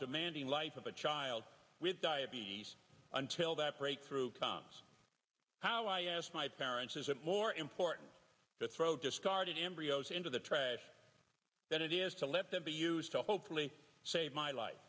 demanding life of a child with diabetes until that breakthrough comes how i ask my parents is it more important to throw just carded embryos into the trash that is to let that be used to hopefully save my life